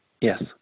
Yes